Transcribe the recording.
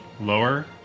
lower